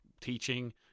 teaching